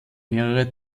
mehrere